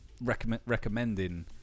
recommending